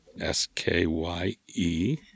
S-K-Y-E